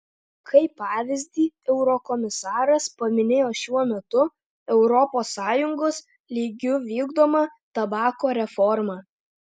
kaip pavyzdį eurokomisaras paminėjo šiuo metu europos sąjungos lygiu vykdomą tabako reformą